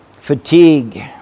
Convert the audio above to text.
Fatigue